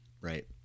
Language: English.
Right